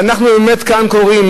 ואנחנו באמת כאן קוראים,